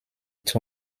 two